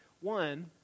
One